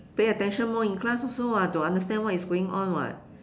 pay attention more in class also [what] to understand what is going on [what]